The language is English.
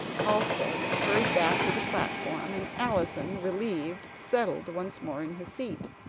halsted hurried back to the platform, and allison, relieved, settled once more in his seat.